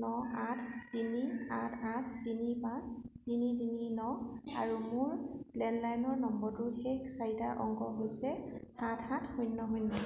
ন আঠ তিনি আঠ আঠ তিনি পাঁচ তিনি তিনি ন আৰু মোৰ লেণ্ডলাইন নম্বৰৰ শেষৰ চাৰিটা অংক হৈছে সাত সাত শূন্য শূন্য